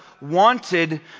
wanted